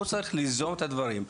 הוא צריך ליזום את הדברים.